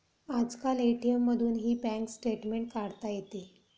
आजकाल ए.टी.एम मधूनही bank statement काढता येते